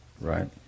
Right